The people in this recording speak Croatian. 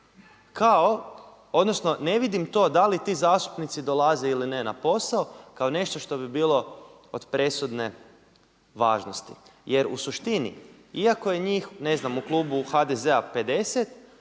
odnosno ne vidim to da li ti zastupnici dolaze ili ne na posao kao nešto što bi bilo od presudne važnosti. Jer u suštini iako je njih, ne znam u klubu HDZ-a 50